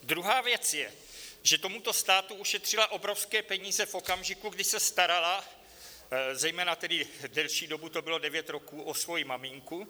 Druhá věc je, že tomuto státu ušetřila obrovské peníze v okamžiku, kdy se starala, zejména tedy delší dobu, to bylo devět roků, o svoji maminku.